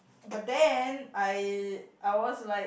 but then I I was like